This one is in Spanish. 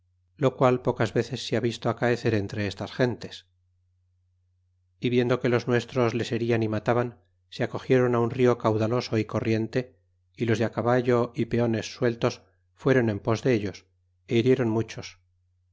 lo qual pocas veces se ha visto acaecer entre estas gentes y viendo que los nuestros les herian y mataban se acogieron á un rio caudaloso é corriente y los de á caballo y peones sueltos fueron en pos de ellos é hirieron muchos